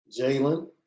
Jalen